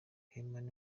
heman